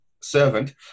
servant